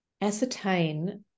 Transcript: ascertain